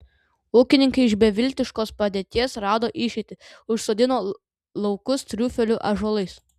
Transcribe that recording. ūkininkai iš beviltiškos padėties rado išeitį užsodino laukus triufelių ąžuolais